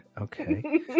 Okay